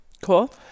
Cool